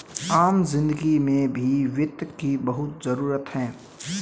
आम जिन्दगी में भी वित्त की बहुत जरूरत है